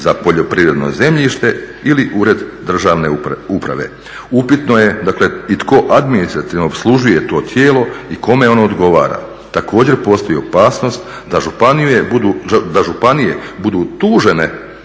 za poljoprivredno zemljište ili Ured državne uprave. Upitno je, dakle i tko administrativno opslužuje to tijelo i kome ono odgovara. Također postoji opasnost da županije budu tužene